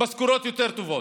משכורות יותר טובות.